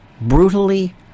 brutally